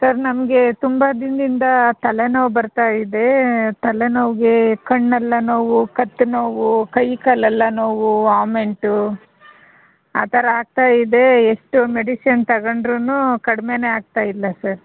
sir ನಮಗೆ ತುಂಬ ದಿನದಿಂದ ತಲೆ ನೋವು ಬರುತ್ತಾ ಇದೆ ತಲೆನೋವಿಗೆ ಕಣ್ಣೆಲ್ಲ ನೋವು ಕತ್ತು ನೋವು ಕೈ ಕಾಲೆಲ್ಲ ನೋವು ವಾಮೆಂಟು ಆ ಥರ ಆಗ್ತಾ ಇದೆ ಎಷ್ಟು ಮೆಡಿಸಿನ್ ತಗೊಂಡ್ರು ಕಡಿಮೆನೇ ಆಗ್ತಾ ಇಲ್ಲ ಸರ್